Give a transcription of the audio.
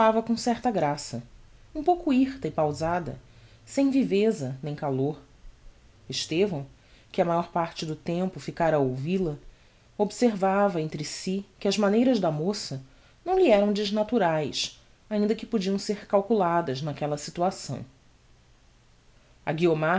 falava com certa graça um pouco hirta e pausada sem viveza nem calor estevão que a maior parte do tempo ficara a ouvil-a observava entre si que as maneiras da moça não lhe eram desnaturaes ainda que podiam ser calculadas naquella situação a guiomar